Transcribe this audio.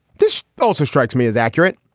this also strikes me as accurate.